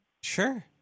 Sure